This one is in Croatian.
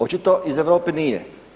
Očito iz Europe nije.